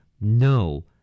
No